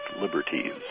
liberties